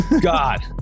God